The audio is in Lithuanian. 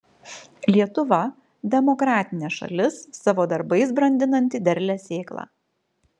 lietuva demokratinė šalis savo darbais brandinanti derlią sėklą